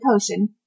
potion